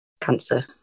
cancer